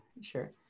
sure